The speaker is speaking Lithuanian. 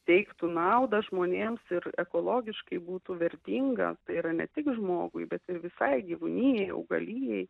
teiktų naudą žmonėms ir ekologiškai būtų vertinga t y ne tik žmogui bet ir visai gyvūnijai augalijai